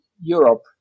Europe